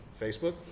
facebook